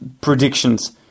predictions